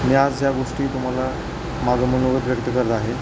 मी आज या गोष्टी तुम्हाला माझं मनोगत व्यक्त करत आहे